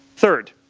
third,